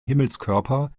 himmelskörper